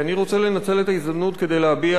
ואני רוצה לנצל את ההזדמנות כדי להביע